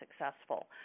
successful